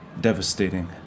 devastating